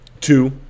Two